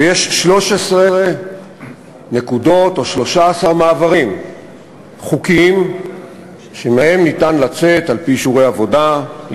ויש 13 נקודות או 13 מעברים חוקיים שמהם ניתן לצאת על-פי אישורי עבודה,